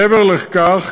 מעבר לכך,